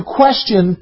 question